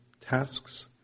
tasks